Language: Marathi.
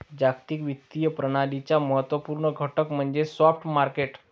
जागतिक वित्तीय प्रणालीचा महत्त्व पूर्ण घटक म्हणजे स्पॉट मार्केट